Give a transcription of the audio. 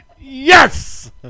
Yes